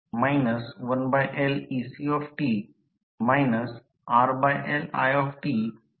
हे कंपाईल करू